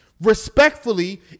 Respectfully